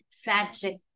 tragic